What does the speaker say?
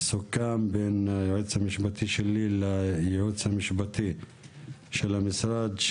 סוכם בין היועץ המשפטי שלי לייעוץ המשפטי של המשרד,